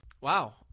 Wow